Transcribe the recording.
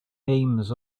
names